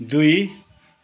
दुई